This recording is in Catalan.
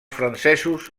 francesos